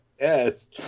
yes